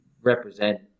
represent